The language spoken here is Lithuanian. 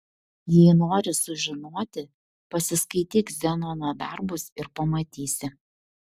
jei nori sužinoti pasiskaityk zenono darbus ir pamatysi